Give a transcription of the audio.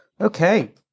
Okay